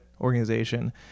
organization